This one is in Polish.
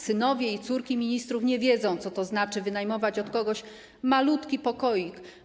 Synowie i córki ministrów nie wiedzą, co to znaczy wynajmować od kogoś malutki pokoik.